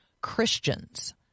Christians